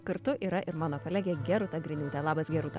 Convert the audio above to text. kartu yra ir mano kolegė gerūta griniūtė labas gerūta